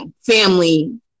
family